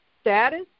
status